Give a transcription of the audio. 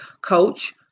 Coach